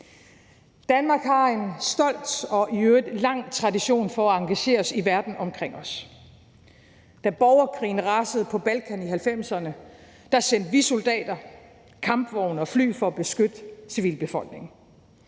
Danmark har vi en stolt og i øvrigt lang tradition for at engagere os i verden omkring os. De borgerkrigen rasede på Balkan i 1990’erne, sendte vi soldater, kampvogne og fly for at beskytte civilbefolkningen.